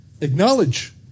acknowledge